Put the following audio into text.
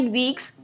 weeks